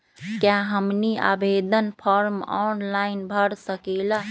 क्या हमनी आवेदन फॉर्म ऑनलाइन भर सकेला?